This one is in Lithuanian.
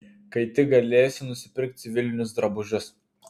kai tik galėsi nusipirk civilinius drabužius